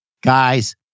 Guys